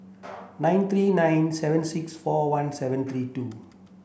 nine three nine seven six four one seven three two